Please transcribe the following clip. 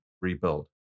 rebuild